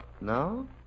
no